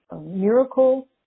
miracle